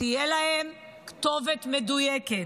תהיה כתובת מדויקת.